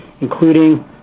including